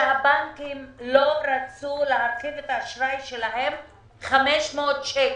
שהבנקים לא רצו להרחיב את האשראי שלהם ב-500 שקל.